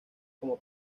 como